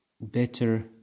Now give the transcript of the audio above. better